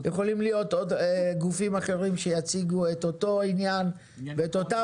יכולים להיות עוד גופים אחרים שיציגו את אותו עניין ואת אותה